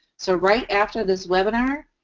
so right after this webinar,